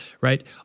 right